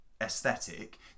aesthetic